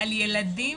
על ילדים